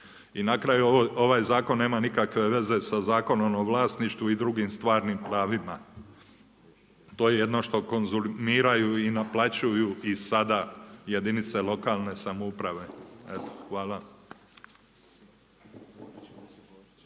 I na kraju ovaj zakon nema nikakve veze sa Zakonom o vlasništvu i drugim stvarnim pravima. To je jedno što konzumiraju i naplaćuju i sada jedinice lokalne samouprave. Eto hvala.